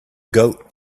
goat